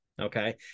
okay